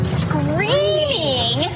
screaming